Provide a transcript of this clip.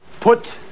put